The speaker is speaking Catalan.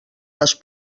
les